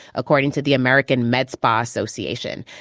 according to the american med spa association